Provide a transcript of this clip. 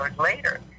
later